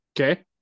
Okay